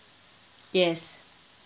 yes